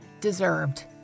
deserved